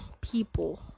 people